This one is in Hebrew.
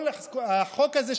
החוק הזה,